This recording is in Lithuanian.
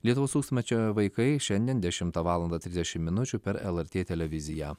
lietuvos tūkstantmečio vaikai šiandien dešimtą valandą trisdešim minučių per lrt televiziją